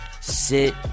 sit